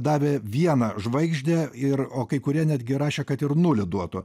davė vieną žvaigždę ir o kai kurie netgi rašė kad ir nulį duotų